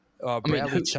Bradley